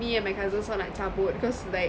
me and my cousins all nak cabut because like